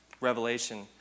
Revelation